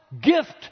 gift